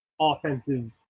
offensive